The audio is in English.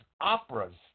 operas